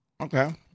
Okay